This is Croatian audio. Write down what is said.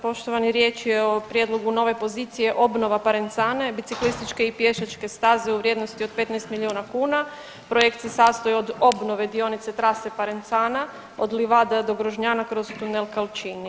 Poštovani, riječ je prijedlogu nove pozicije obnova Parenzane biciklističke i pješačke staze u vrijednosti od 15 milijuna kuna, projekt se sastoji od obnove dionice trase Parenzana od Livada do Grožnjana kroz tunel Kalcini.